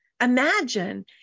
Imagine